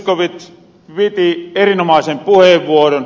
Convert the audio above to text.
zyskowicz piti erinomaisen puheenvuoron